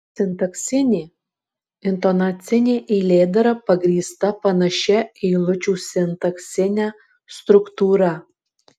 sintaksinė intonacinė eilėdara pagrįsta panašia eilučių sintaksine struktūra